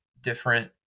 different